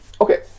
Okay